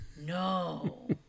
no